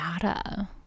data